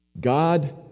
God